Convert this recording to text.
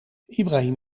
ibrahim